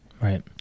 right